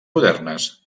modernes